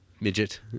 Midget